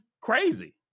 crazy